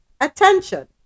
attention